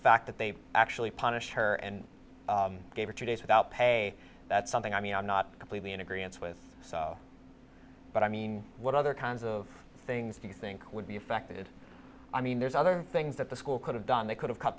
fact that they actually punished her and gave her two days without pay that's something i mean i'm not completely in agreement with so but i mean what other kinds of things because i think would be affected i mean there's other things that the school could have done they could have cut